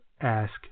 ask